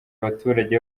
abaturage